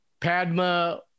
padma